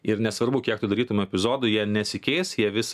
ir nesvarbu kiek tu darytum epizodų jie nesikeis jie vis